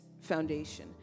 foundation